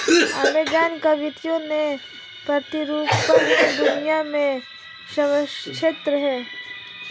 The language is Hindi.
अमेज़न का वित्तीय प्रतिरूपण दुनिया में सर्वश्रेष्ठ है